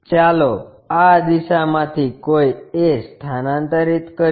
ચાલો આ દિશામાંથી કોઈ a સ્થાનાંતરિત કરીએ